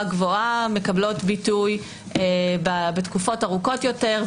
גבוהה מקבלות ביטוי בתקופות ארוכות יותר,